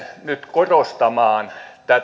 korostamaan tätä